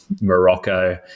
morocco